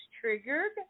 triggered